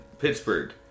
Pittsburgh